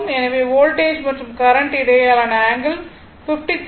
எனவே வோல்டேஜ் மற்றும் கரண்ட் இடையேயான ஆங்கிள் 53